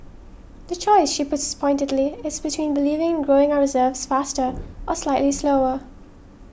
the choice she puts pointedly is between believing in growing our reserves faster or slightly slower